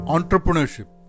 Entrepreneurship